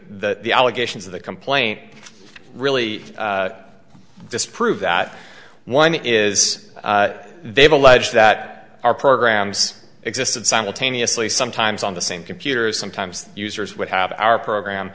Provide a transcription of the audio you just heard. the allegations of the complaint really disprove that one is they've alleged that our programs existed simultaneously sometimes on the same computers sometimes users would have our program